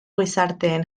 gizarteen